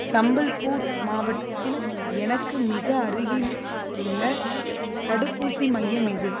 சம்பல்பூர் மாவட்டத்தில் எனக்கு மிக அருகில் உள்ள தடுப்பூசி மையம் எது